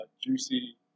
juicy